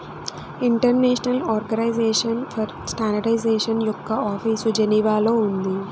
international organisation for standardisation యొక్క office జెనీవాలో ఉంది